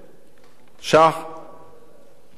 ש"ח למשפחה.